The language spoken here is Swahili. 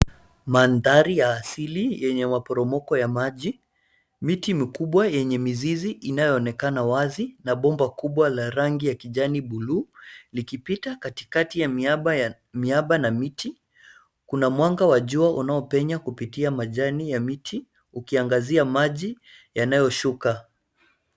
Mandhari ya asili yenye maporomoko ya maji. Miti mikubwa yenye mizizi inayoonekana wazi na bomba kubwa ya rangi ya kijani buluu likipita kati kati ya miamba na miti. Kuna mwanga wa jua unao penya kupitia majani ya miti ukiangazia maji yanayoshuka.